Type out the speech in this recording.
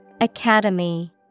Academy